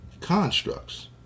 constructs